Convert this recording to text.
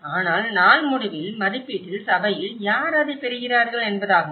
ஆனால் நாள் முடிவில் மதிப்பீட்டில் சபையில் யார் அதைப் பெறுகிறார்கள் என்பதாகும்